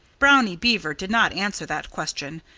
brownie beaver did not answer that question,